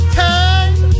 time